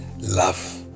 love